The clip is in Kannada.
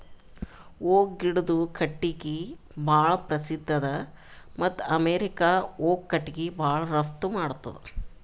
ಓಕ್ ಗಿಡದು ಕಟ್ಟಿಗಿ ಭಾಳ್ ಪ್ರಸಿದ್ಧ ಅದ ಮತ್ತ್ ಅಮೇರಿಕಾ ಓಕ್ ಕಟ್ಟಿಗಿ ಭಾಳ್ ರಫ್ತು ಮಾಡ್ತದ್